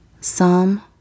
Psalm